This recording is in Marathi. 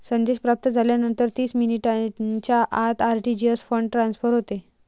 संदेश प्राप्त झाल्यानंतर तीस मिनिटांच्या आत आर.टी.जी.एस फंड ट्रान्सफर होते